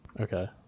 Okay